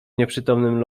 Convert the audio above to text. nieprzytomnym